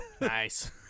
Nice